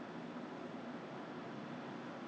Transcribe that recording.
they they are they are really open to !huh!